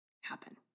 happen